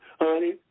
Honey